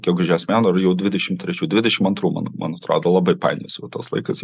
gegužės mėnuo ir jau dvidešimt trečių dvidešimt antrų man man atrodo labai painiojasi vat tas laikas